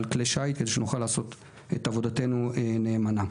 כדי שנוכל לעשות את עבודתנו נאמנה.